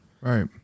Right